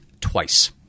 twice